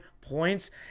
points